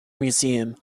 museum